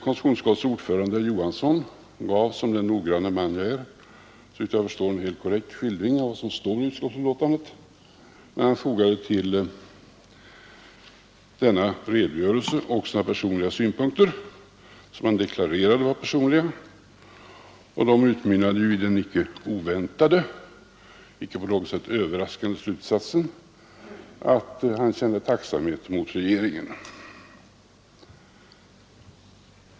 Utskottets ordförande, herr Johansson i Trollhättan, gav som den noggranne man han är såvitt jag förstår en helt korrekt skildring av vad som står i utskottsbetänkandet, men han fogade till den redogörelsen också några personliga synpunkter — som han deklarerade var personliga — och de utmynnade i den icke oväntade, icke på något sätt överraskande, slutsatsen att han känner tacksamhet mot regeringen.